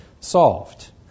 solved